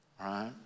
right